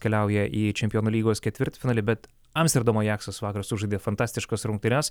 keliauja į čempionų lygos ketvirtfinalį bet amsterdamo ajaksas vakar sužaidė fantastiškas rungtynes